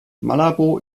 malabo